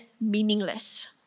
meaningless